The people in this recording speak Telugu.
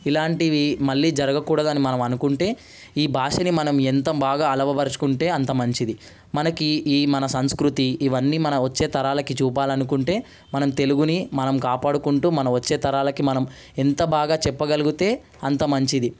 ఇలాంటివి మళ్ళీ జరగకూడదని మనం అనుకుంటే ఈ భాషని మనం ఎంత బాగా అలవవరుచుకుంటే అంత మంచిది మనకి ఈ సంస్కృతి ఇవన్నీ మన వచ్చే తరాలకి చూపాలనుకుంటే మనం తెలుగుని మనం కాపాడుకుంటూ మనం వచ్చే తరాలకి మనం ఎంత బాగా చెప్పగలుగుతే అంత మంచిది